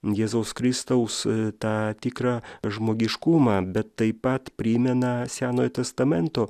jėzaus kristaus tą tikrą žmogiškumą bet taip pat primena senojo testamento